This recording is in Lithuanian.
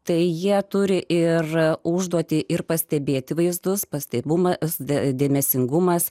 tai jie turi ir užduotį ir pastebėti vaizdus pastabumas dėmesingumas